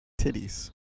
titties